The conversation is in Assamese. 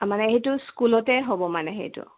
মানে সেইটো স্কুলতে হ'ব মানে সেইটো